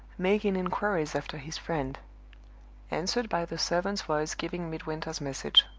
making inquiries after his friend answered by the servant's voice giving midwinter's message.